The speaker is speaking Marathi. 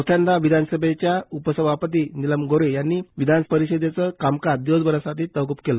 चौथ्यांदा विधानसभेच्या उपसभापती निलग गोर्हे यांनी विधानपरिषदेचं कामकाज दिवसभरासाठी तहकुब केलं